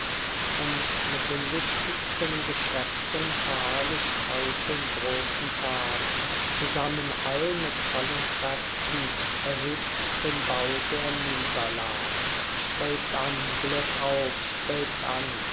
und mit den wichtigsten geschäften verherrlicht heut den großen tag zusammen all mit vollen kräften erhebt den bau der niederlag strebt an glück auf strebt an